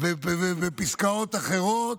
ופסקאות אחרות,